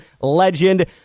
legend